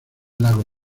lago